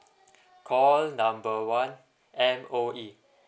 call number one M_O_E